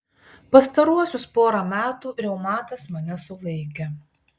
pastaruosius porą metų reumatas mane sulaikė